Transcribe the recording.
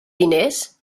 diners